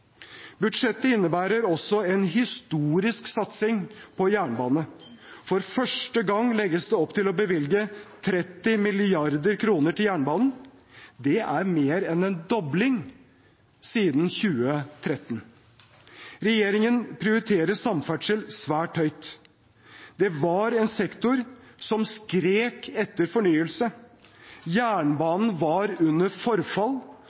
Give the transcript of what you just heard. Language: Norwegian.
Budsjettet innebærer også en historisk satsing på jernbane. For første gang legges det opp til å bevilge 30 mrd. kr til jernbanen. Det er mer enn en dobling siden 2013. Regjeringen prioriterer samferdsel svært høyt. Det var en sektor som skrek etter fornyelse. Jernbanen var under forfall,